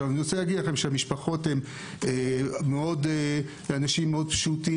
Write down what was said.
המשפחות הם אנשים פשוטים,